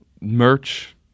merch